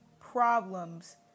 problems